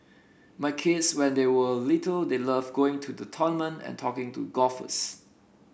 my kids when they were little they loved going to to tournament and talking to golfers